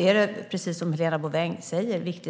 I